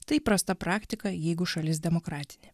tai įprasta praktika jeigu šalis demokratinė